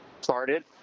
started